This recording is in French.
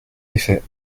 effet